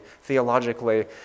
theologically